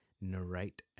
narrate